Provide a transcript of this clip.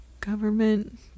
government